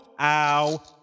Ow